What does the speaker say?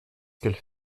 qu’elle